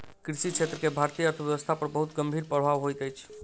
कृषि क्षेत्र के भारतीय अर्थव्यवस्था पर बहुत गंभीर प्रभाव होइत अछि